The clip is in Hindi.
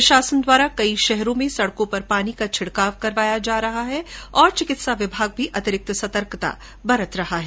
प्रशासन द्वारा कई शहरों में सड़कों पर पानी का छिड़काव करवाया जा रहा है और चिकित्सा विभाग भी अतिरिक्त सतर्कता बरत रहा है